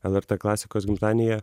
lrt klasikos gimtadienyje